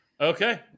Okay